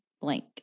blank